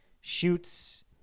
shoots